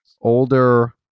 older